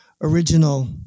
original